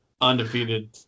undefeated